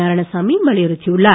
நாராயணசாமி வலியுறுத்தி உள்ளார்